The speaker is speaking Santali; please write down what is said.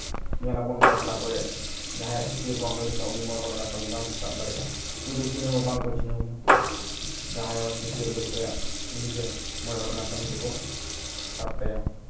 ᱧᱮᱞ ᱟᱵᱚᱱ ᱵᱟᱯᱞᱟ ᱠᱚᱨᱮᱫ ᱡᱟᱦᱟᱸᱭᱟᱜ ᱪᱷᱟᱹᱴᱭᱟᱹᱨ ᱵᱟᱝ ᱦᱩᱭ ᱞᱮᱱᱠᱷᱟᱱ ᱟᱹᱛᱩ ᱢᱚᱬᱮ ᱦᱚᱲ ᱚᱱᱟ ᱠᱟᱹᱢᱤ ᱵᱟᱝ ᱠᱚ ᱥᱟᱵ ᱫᱟᱲᱮᱭᱟᱜᱼᱟ ᱩᱱᱤ ᱫᱚ ᱪᱤᱱᱦᱟᱹᱣ ᱦᱚᱸ ᱵᱟᱝᱠᱚ ᱪᱤᱱᱦᱟᱹᱣ ᱮᱭᱟ ᱡᱟᱦᱟᱸᱭ ᱦᱚᱲ ᱪᱷᱟᱹᱴᱭᱟᱹᱨ ᱦᱩᱭᱩᱜ ᱛᱟᱭᱟ ᱩᱱᱤᱜᱮ ᱢᱚᱬᱮ ᱦᱚᱲ ᱚᱱᱟ ᱠᱟᱹᱢᱤ ᱫᱚᱠᱚ ᱥᱟᱵ ᱛᱟᱭᱟ